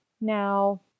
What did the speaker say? Now